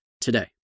today